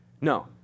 No